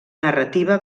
narrativa